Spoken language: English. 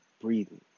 breathing